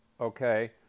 okay